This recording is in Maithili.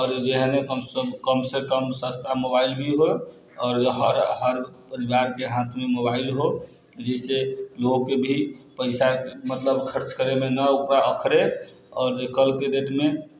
आओर जे है ने कम सँ कम सस्ता मोबाइल भी होइ आओर हर परिवारके हाथमे मोबाइल हो जैसे लोगके भी पैसा मतलब खर्च करैमे ने ओकरा अखरै आओर जे कलके डेटमे